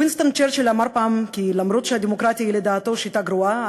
וינסטון צ'רצי'יל אמר פעם כי אף שהדמוקרטיה היא לדעתו שיטה גרועה,